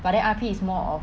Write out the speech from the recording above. but their R_P is more of